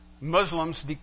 Muslims